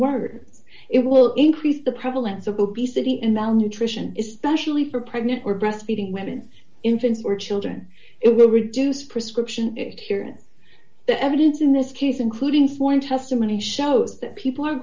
words it will increase the prevalence of obesity in the nutrition especially for pregnant or breastfeeding women infants or children it will reduce prescription here in the evidence in this case including four in testimony shows that people are